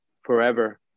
forever